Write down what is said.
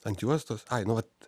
ant juostos ai nu vat